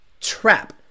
Trap